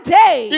day